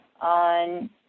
on